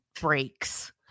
breaks